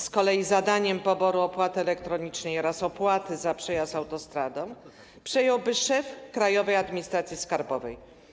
Z kolei zadanie poboru opłaty elektronicznej oraz opłaty za przejazd autostradą przejąłby szef Krajowej Administracji Skarbowej.